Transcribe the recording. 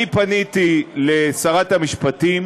אני פניתי לשרת המשפטים